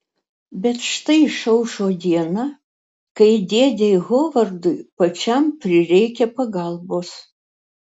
bet štai išaušo diena kai dėdei hovardui pačiam prireikia pagalbos